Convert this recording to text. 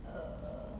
err